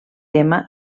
tema